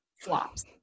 flops